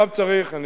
אני